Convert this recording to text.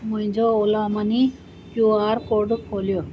मुंहिंजो Ola money Q R code खोलियो